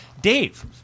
Dave